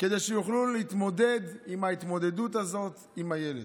כדי שיוכלו להתמודד עם ההתמודדות הזאת עם הילד.